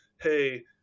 Hey